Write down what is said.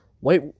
wait